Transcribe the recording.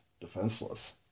defenseless